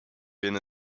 been